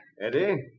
Eddie